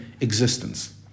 existence